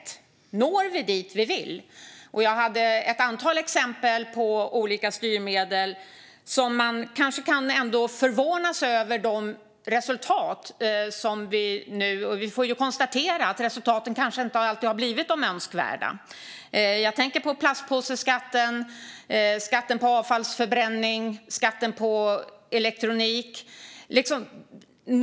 Når vi dit vi vill? Jag hade ett antal exempel på olika styrmedel vars resultat man nu kanske förvånas över. Vi får konstatera att resultaten inte alltid blivit de önskvärda. Jag tänker på plastpåseskatten, skatten på avfallsförbränning och skatten på elektronik.